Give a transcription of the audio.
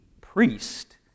priest